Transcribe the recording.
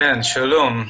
שלום.